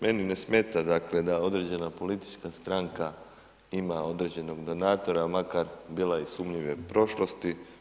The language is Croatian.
Meni ne smeta, dakle da određena politička stranka ima određenog donatora, makar bila i sumnjive prošlosti.